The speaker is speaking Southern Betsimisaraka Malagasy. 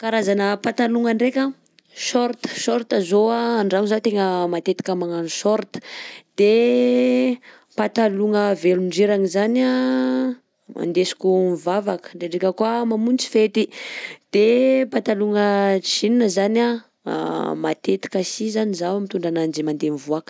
Karazana patalogna ndreka a: short short zao andragno zaho tegna matetika magnano short, de patalogna velondriragna zany a andesiko mivavaka ndrendreka koà mamonjy fety, de patalogna jean zany matetika sy zany zaho mitondra ananjy mandeha mivoaka.